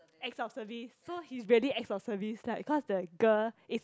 acts of service so he's really acts of services like because the girl is